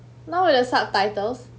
now with the subtitles